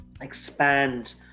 expand